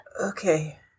Okay